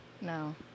no